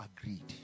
agreed